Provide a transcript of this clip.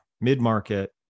mid-market